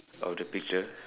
of the picture